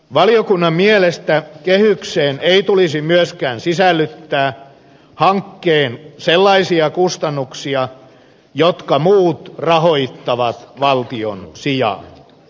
valiokunnan mielestä kehykseen ei tulisi myöskään sisällyttää hankkeen sellaisia kustannuksia jotka muut rahoittavat valtion sijaan